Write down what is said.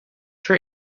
for